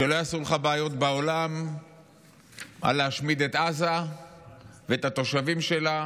שלא יעשו לך בעיות בעולם של "להשמיד את עזה ואת התושבים שלה",